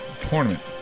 tournament